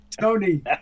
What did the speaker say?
Tony